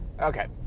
Okay